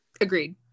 Agreed